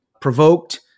provoked